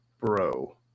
bro